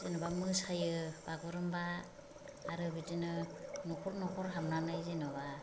जेनेबा मोसायो बागुरुमबा आरो बिदिनो न'खर न'खर हाबनानै जेनेबा